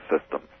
system